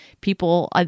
people